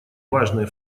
важные